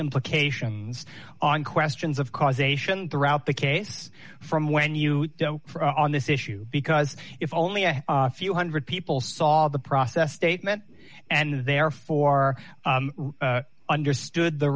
implications on questions of causation throughout the case from when you on this issue because if only a few one hundred people saw the process statement and therefore understood the